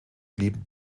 blieben